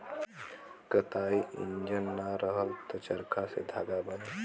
कताई इंजन ना रहल त चरखा से धागा बने